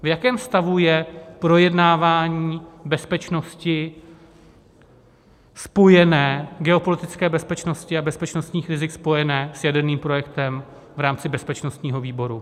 V jakém stavu je projednávání bezpečnosti, spojené geopolitické bezpečnosti a bezpečnostních rizik, spojené s jaderným projektem v rámci bezpečnostního výboru?